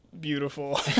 beautiful